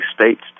states